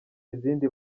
izindi